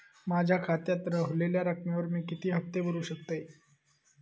माझ्या खात्यात रव्हलेल्या रकमेवर मी किती हफ्ते भरू शकतय?